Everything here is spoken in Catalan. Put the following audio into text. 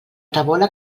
tabola